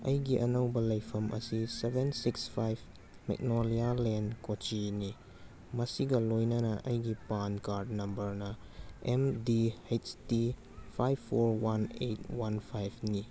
ꯑꯩꯒꯤ ꯑꯅꯧꯕ ꯂꯩꯐꯝ ꯑꯁꯤ seven six five Magnolia lane ꯀꯣꯆꯤꯅꯤ ꯃꯁꯤꯒ ꯂꯣꯏꯅꯅ ꯑꯩꯒꯤ ꯄꯥꯟ ꯀꯥꯔꯠ ꯅꯝꯕꯔꯅ N D H D five four one eight one ꯐꯥꯏꯚꯅꯤ